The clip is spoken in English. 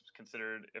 considered